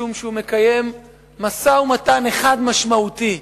משום שהוא מקיים משא-ומתן אחד משמעותי,